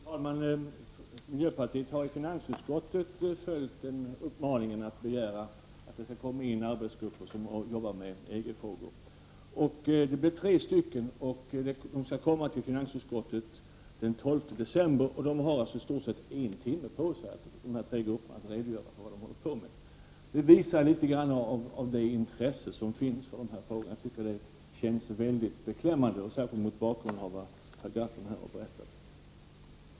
Fru talman! Miljöpartiet har i finansutskottet följt uppmaningen att begära att grupper som arbetar med EG-frågor bjuds in till utskottet. Det blir tre stycken, och de skall komma till finansutskottet den 12 december. De här tre grupperna har en timme på sig att redogöra för vad de håller på med. Detta visar litet av det intresse som finns för de här frågorna. Jag tycker att det är mycket beklämmande, särskilt mot bakgrund av vad Per Gahrton här har berättat.